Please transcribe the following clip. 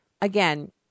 again